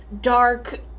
dark